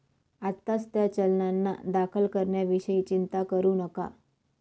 आत्ताच त्या चलनांना दाखल करण्याविषयी चिंता करू नका